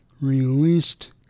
released